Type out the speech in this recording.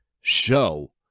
show